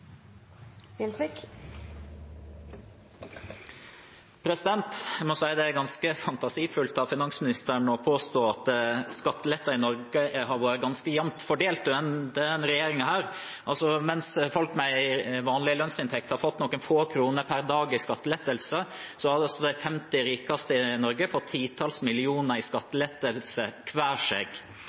Gjelsvik – til oppfølgingsspørsmål. Jeg må si det er ganske fantasifullt av finansministeren å påstå at skatteletter i Norge har vært ganske jevnt fordelt under denne regjeringen. Mens folk med vanlig lønnsinntekt har fått noen få kroner per dag i skattelettelse, har de 50 rikeste i Norge fått titalls millioner i skattelettelse hver.